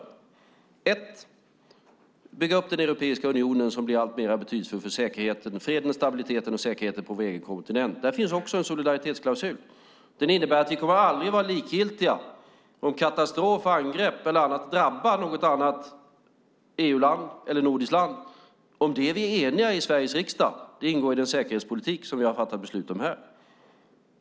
För det första ska vi bygga upp Europeiska unionen, som blir alltmer betydelsefull för säkerheten, freden och stabiliteten på vår egen kontinent. Där finns också en solidaritetsklausul. Den innebär att vi aldrig kommer att vara likgiltiga om en katastrof, ett angrepp eller något annat drabbar ett annat EU-land eller ett nordiskt land. Om det är vi eniga i Sveriges riksdag. Det ingår i den säkerhetspolitik som vi har fattat beslut om.